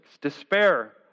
despair